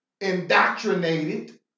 indoctrinated